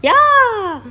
ya